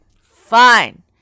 Fine